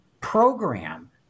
program